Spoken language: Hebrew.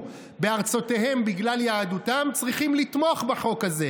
בארצותיהם בגלל יהדותם צריכים לתמוך בחוק הזה,